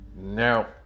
Now